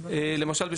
למשל,